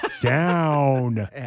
Down